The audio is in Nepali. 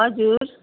हजुर